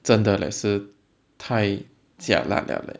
真的 leh 是太 jialat 了 leh